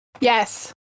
Yes